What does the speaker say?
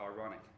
ironic